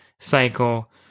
Cycle